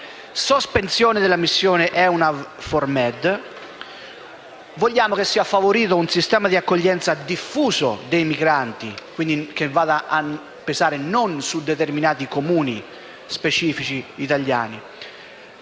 la sospensione della missione EUNAVFOR Med; vogliamo che sia favorito un sistema di accoglienza diffuso dei migranti, che non vada a pesare solo su determinati Comuni italiani;